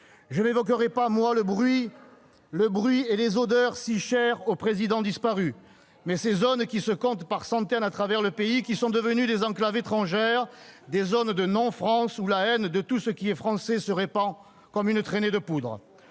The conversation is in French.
Je n'évoquerai pas, moi, « le bruit et les odeurs » si chers au Président disparu, mais ces zones qui se comptent par centaines à travers le pays et qui sont devenues des enclaves étrangères, des zones de non-France où la haine de tout ce qui est français se répand comme une traînée de poudre.